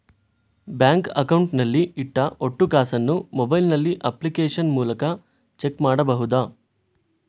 Bank account ನಲ್ಲಿ ಇಟ್ಟ ಒಟ್ಟು ಕಾಸನ್ನು ಮೊಬೈಲ್ ನಲ್ಲಿ ಅಪ್ಲಿಕೇಶನ್ ಮೂಲಕ ಚೆಕ್ ಮಾಡಬಹುದಾ?